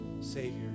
Savior